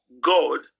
God